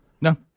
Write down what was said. no